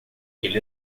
ele